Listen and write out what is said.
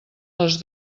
les